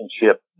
relationship